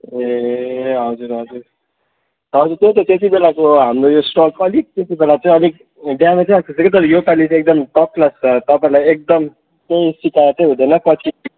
ए हजुर हजुर हजुर त्यही त त्यति बेलाको हाम्रो यो स्टक अलिक त्यति बेलाा चाहिँ अलिक ड्यामेजै आएको तर योपालिको चाहिँ एकदम टप क्लास छ तपाईँलाई एकदम केही सिकायतै हुँदैन पछि